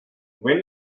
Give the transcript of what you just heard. when